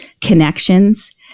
connections